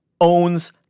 owns